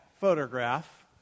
photograph